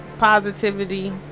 Positivity